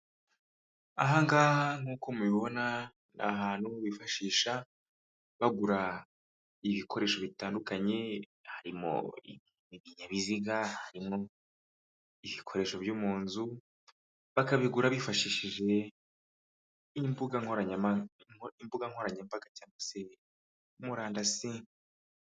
Aha ngaha nk'uko mubibona ni ahantu bifashisha bagura ibikoresho bitandukanye harimo ibinyabiziga, harimo ibikoresho byo mu nzu bakabigura bifashishije imbuga nkoranyambaga cyangwa se murandasi.